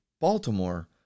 Baltimore